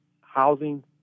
housing